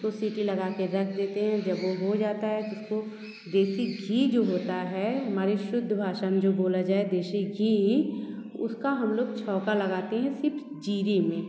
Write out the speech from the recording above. उसको सीटी लगा के रख देते हैं जब वो हो जाता है तो उसको देसी घी जो होता है हमारी शुद्ध भाषा में बोला जाए देसी घी उसका हम लोग छोंका लगते हैं सिर्फ़ ज़ीरे में